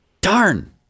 darn